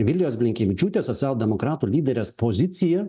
vilijos blinkevičiūtės socialdemokratų lyderės pozicija